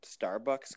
Starbucks